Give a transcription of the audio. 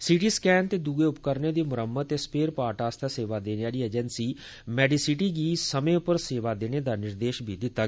city scan ते दुए उपकरणें दी मुरम्मत ते सपेयर पार्टे आस्तै सेवा देने आली एजेंसी मैडिसीटिस गी समें पर सेवा देने दा निर्देश बी दित्ता